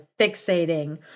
fixating